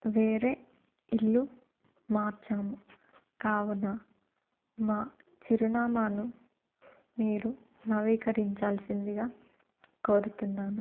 వేరే ఇల్లు మార్చాము కావున మా చిరునామాను మీరు నవీకరించాల్సిందిగా కోరుతున్నాను